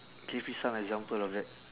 give me some example of that